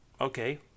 Okay